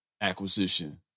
acquisition